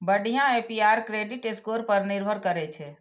बढ़िया APR credit score पर निर्भर करै छै